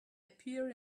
appear